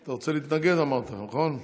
אתה רוצה להתנגד, אמרת, נכון?